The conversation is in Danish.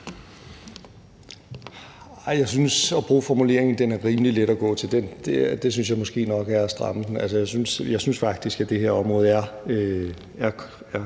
jeg synes, at det at bruge formuleringen, at den er rimelig let at gå til, måske nok er at stramme den. Altså, jeg synes faktisk, at det her område er